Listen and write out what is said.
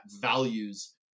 values